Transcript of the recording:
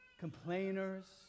complainers